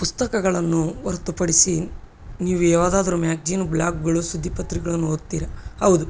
ಪುಸ್ತಕಗಳನ್ನು ಹೊರ್ತುಪಡಿಸಿ ನೀವು ಯಾವ್ದಾದರು ಮ್ಯಾಗಜೀನ್ ಬ್ಲಾಗ್ಗಳು ಸುದ್ದಿ ಪತ್ರಿಕೆಗಳನ್ನು ಓದ್ತೀರ ಹೌದು